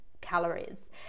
calories